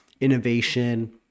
innovation